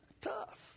Tough